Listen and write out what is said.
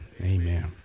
Amen